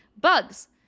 bugs